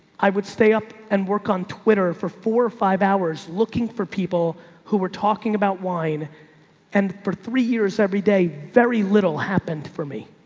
i would stay up and work on twitter for four or five hours looking for people who were talking about wine and for three years, every day, very little happened for me.